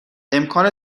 امکان